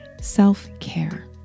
self-care